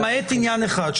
למעט עניין אחד,